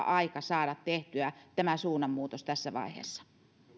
aika saada tehtyä tämä suunnanmuutos tässä vaiheessa